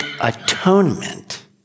atonement